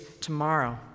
tomorrow